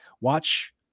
watch